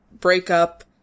breakup